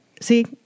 See